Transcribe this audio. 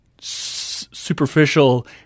superficial